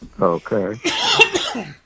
Okay